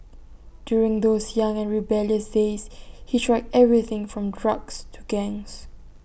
during those young and rebellious days he tried everything from drugs to gangs